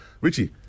Richie